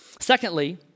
Secondly